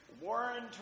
Warren